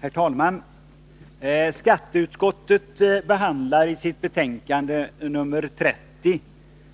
Herr talman! Skatteutskottet behandlar i sitt betänkande nr 30